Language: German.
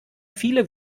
viele